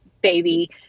baby